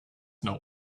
not